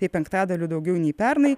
tai penktadaliu daugiau nei pernai